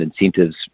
incentives